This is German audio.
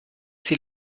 sie